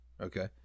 Okay